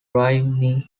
rhymney